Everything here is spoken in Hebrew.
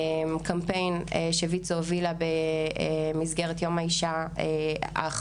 קמפיין שוויצ"ו הובילה במרץ האחרון במסגרת יום האישה.